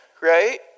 right